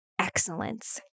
excellence